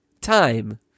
time